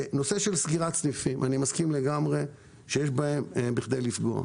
נושא של סגירת סניפים אני מסכים לגמרי שיש בכך בכדי לפגוע,